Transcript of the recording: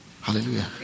hallelujah